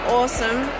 awesome